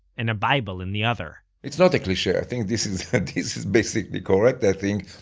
and a bible in the other it's not a cliche. i think this is this is basically correct i think.